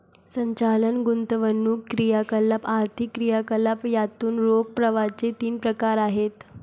संचालन, गुंतवणूक क्रियाकलाप, आर्थिक क्रियाकलाप यातून रोख प्रवाहाचे तीन प्रकार आहेत